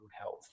health